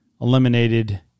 eliminated